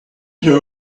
her